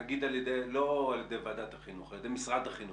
לא על ידי ועדת החינוך, על ידי משרד החינוך,